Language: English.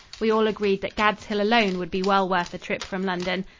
we all agreed that gad's hill alone would be well worth a trip from london.